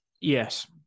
yes